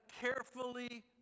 carefully